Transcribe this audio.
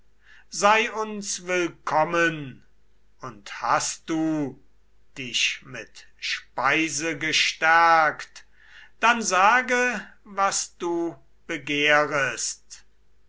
sei uns willkommen und hast du dich mit speise gestärkt dann sage was du begehrest